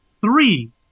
three